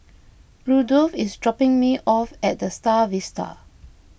Rudolf is dropping me off at the Star Vista